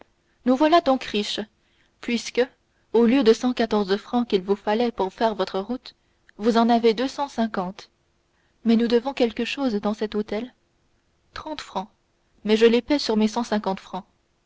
nous voilà donc riches puisque au lieu de cent quatorze francs qu'il vous fallait pour faire votre route vous en avez deux cent cinquante mais nous devons quelque chose dans cet hôtel trente francs mais je les paie sur mes cent cinquante francs